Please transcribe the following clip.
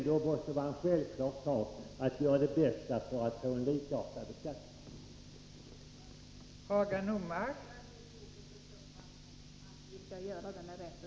Det måste vara en självklarhet att man gör sitt bästa för att få en likartad beskattning i hela landet.